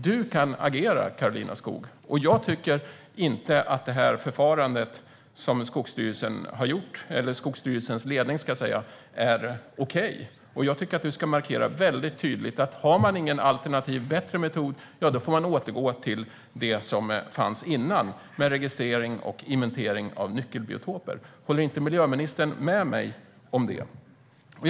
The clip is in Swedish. Du kan agera, Karolina Skog! Jag tycker inte att Skogsstyrelsens lednings förfarande är okej. Jag tycker att du ska markera väldigt tydligt att om man inte har något alternativ och någon bättre metod får man återgå till det som fanns tidigare, med inventering och registrering av nyckelbiotoper. Håller inte miljöministern med mig om det?